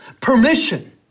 permission